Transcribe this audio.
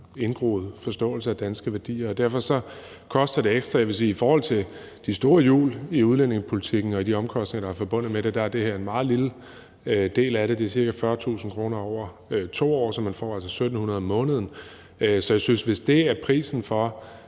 indgroet forståelse af danske værdier. Derfor koster det ekstra. I forhold til de store hjul i udlændingepolitikken og de omkostninger, der er forbundet med det, er det her en meget lille del af det. Det er ca. 40.000 kr. over 2 år, så man får altså 1.700 kr. om måneden. Jeg synes, at hvis det er prisen for,